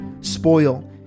spoil